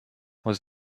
was